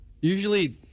Usually